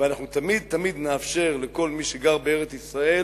ותמיד-תמיד נאפשר לכל מי שגר בארץ-ישראל